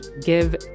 give